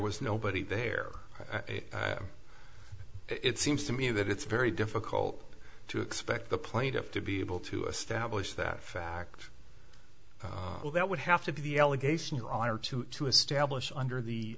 was nobody there it seems to me that it's very difficult to expect the plaintiff to be able to establish that fact well that would have to be the allegation your honor to to establish under the